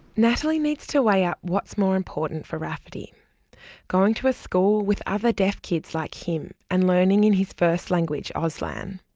natalie needs to weigh up what's more important for rafferty going to a school with other deaf kids like him, and learning in his first language, auslan.